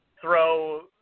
throw